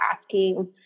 asking